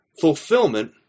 Fulfillment